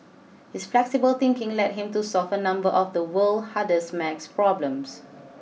his flexible thinking led him to solve a number of the world's hardest math problems